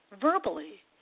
verbally